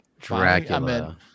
Dracula